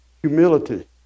humility